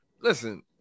listen